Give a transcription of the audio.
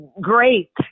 great